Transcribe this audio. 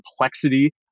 complexity